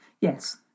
Yes